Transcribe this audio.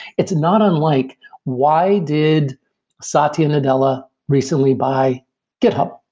it's not unlike why did satya nadella recently buy github.